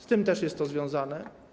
Z tym też jest to związane.